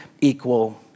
equal